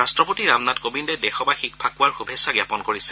ৰাট্টপতি ৰামনাথ কোবিন্দে দেশবাসীক ফাকুৱাৰ শুভেচ্ছা জ্ঞাপন কৰিছে